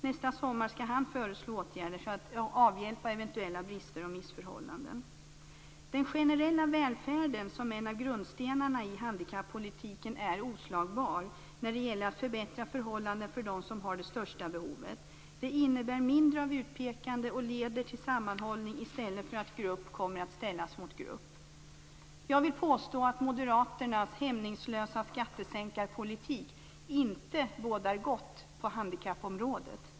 Nästa sommar skall han föreslå åtgärder för att avhjälpa eventuella brister och missförhållanden. Den generella välfärden som en av grundstenarna i handikappolitiken är oslagbar när det gäller att förbättra förhållanden för dem som har det största behovet. Det innebär mindre av utpekande, och leder till sammanhållning i stället för att grupp ställs mot grupp. Jag vill påstå att moderaternas hämningslösa skattesänkarpolitik inte bådar gott på handikappområdet.